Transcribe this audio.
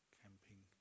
camping